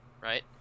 right